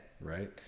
right